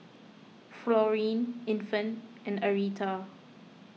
Florene Infant and Arietta